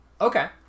Okay